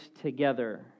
together